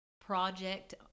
project